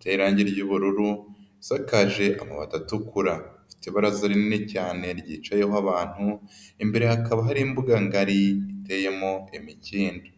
teye irangi ry'ubururu, isakaje amabati atukura, ibaraza rinini cyane ryicayeho abantu, imbere hakaba hari imbuga ngariteyemo imikindo.